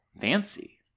Fancy